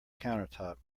countertop